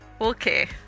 Okay